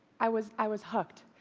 i was i was hooked.